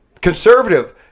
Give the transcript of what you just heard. Conservative